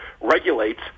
regulates